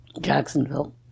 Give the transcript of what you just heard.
Jacksonville